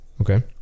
Okay